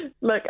Look